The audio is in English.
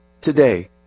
today